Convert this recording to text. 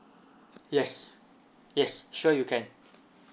yes yes sure you can